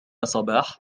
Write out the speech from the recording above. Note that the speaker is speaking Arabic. صباح